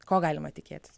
ko galima tikėtis